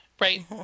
Right